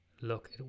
look